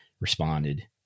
responded